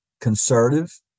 conservative